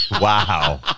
Wow